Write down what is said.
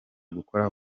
gukora